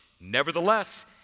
Nevertheless